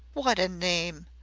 what a name!